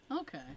Okay